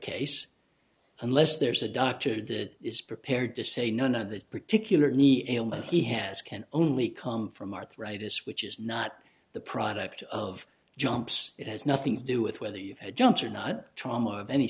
case unless there's a doctor that is prepared to say none of that particular knee ailment he has can only come from arthritis which is not the product of jumps it has nothing to do with whether you've had jumps or not trauma of any